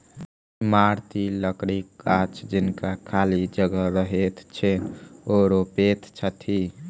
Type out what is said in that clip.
इमारती लकड़ीक गाछ जिनका खाली जगह रहैत छैन, ओ रोपैत छथि